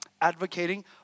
advocating